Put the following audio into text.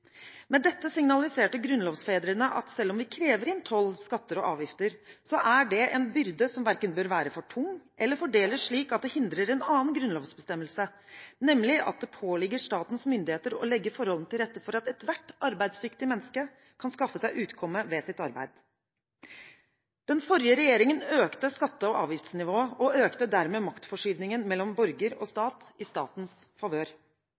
Med dette signaliserte grunnlovsfedrene at selv om vi krever inn toll, skatter og avgifter, så er det en byrde som verken bør være for tung eller fordeles slik at det hindrer en annen grunnlovsbestemmelse, nemlig at det påligger statens myndigheter å legge forholdene til rette for at ethvert arbeidsdyktig menneske kan skaffe seg utkomme ved sitt arbeid. Den forrige regjeringen økte skatte- og avgiftsnivået og økte dermed maktforskyvningen mellom borger og stat i statens favør.